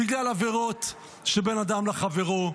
בגלל עבירות שבין אדם לחברו,